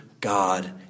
God